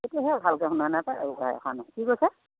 এতিয়া সেই ভালকৈ শুনা নাই এইবোৰ কি হৈছে কি কৈছে